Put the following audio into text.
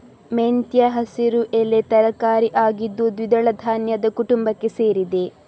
ಮೆಂತ್ಯ ಹಸಿರು ಎಲೆ ತರಕಾರಿ ಆಗಿದ್ದು ದ್ವಿದಳ ಧಾನ್ಯದ ಕುಟುಂಬಕ್ಕೆ ಸೇರಿದೆ